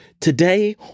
Today